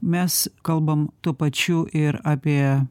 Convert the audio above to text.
mes kalbam tuo pačiu ir apie